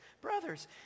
Brothers